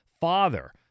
father